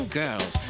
girls